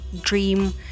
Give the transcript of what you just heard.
dream